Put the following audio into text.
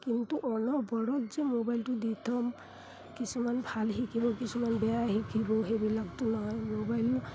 কিন্তু অনবৰত যে মোবাইলটো দি থ'ম কিছুমান ভাল শিকিব কিছুমান বেয়া শিকিব সেইবিলাকতো নহয় মোবাইল